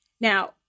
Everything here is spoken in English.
Now